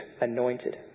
anointed